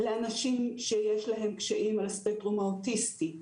לאנשים שיש להם קשיים על ספקטרום האוטיסטי,